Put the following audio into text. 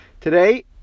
Today